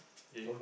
okay